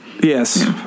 Yes